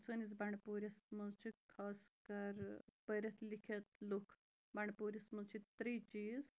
سٲنِس بنٛڈپوٗرِس منٛز چھِ خاص کَر پٔرِتھ لیٚکھِتھ لُکھ بنٛڈپوٗرِس منٛز چھِ ترٛے چیٖز